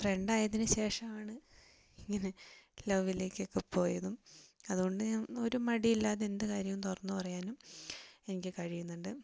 front ആയതിനുശേഷം ആണ് ഇങ്ങനെ ലൗവിലേക്കൊക്കെ പോയതും അതുകൊണ്ട് ഞാൻ ഒരു മടിയില്ലാതെ എന്തു കാര്യവും തുറന്നു പറയാനും എനിക്ക് കഴിയുന്നുണ്ട്